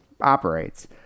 operates